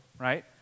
right